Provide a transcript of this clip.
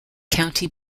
county